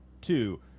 Two